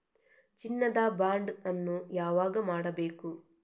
ಚಿನ್ನ ದ ಬಾಂಡ್ ಅನ್ನು ಯಾವಾಗ ಮಾಡಬೇಕು?